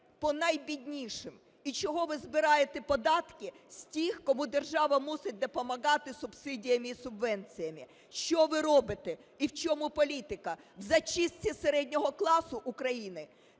по найбіднішим? І чого ви збираєте податки з тих, кому держава мусить допомагати субсидіями і субвенціями? Що ви робите? І в чому політика, у зачистці середнього класу України?